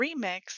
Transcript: remix